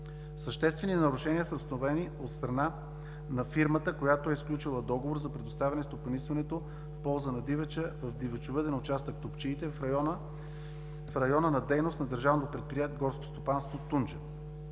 Съществени нарушения са установени от страна на фирмата, която е сключила договор за предоставяне стопанисването в полза на дивеча в дивечовъден участък „Топчиите“ в района на дейност на Държавно горско стопанство „Тунджа“.